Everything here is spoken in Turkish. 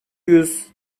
yüz